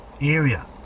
area